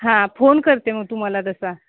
हां फोन करते मग तुम्हाला तसा